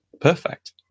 perfect